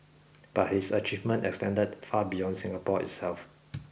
but his achievement extended far beyond Singapore itself